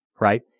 right